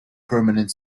permanent